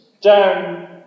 down